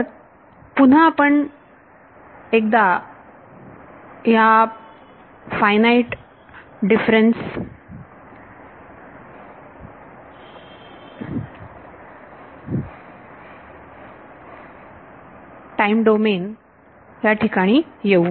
तर पुन्हा एकदा आपण ह्या फायनाईट डिफरन्स टाईम डोमेन या ठिकाणी येऊ